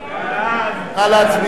נא להצביע.